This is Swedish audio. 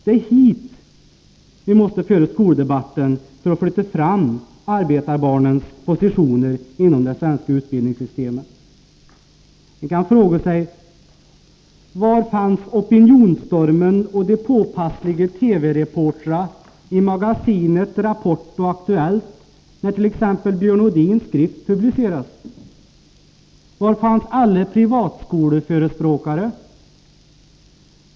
Det är hit vi måste föra skoldebatten för att flytta fram arbetarbar nens positioner inom det svenska utbildningssystemet. Man kan fråga sig: Var fanns opinionsstormen och de påpassliga TV reportrarna i Magasinet, Rapport och Aktuellt när t.ex. Björn Odins skrift publicerades? Var fanns alla privatskoleförespråkarna?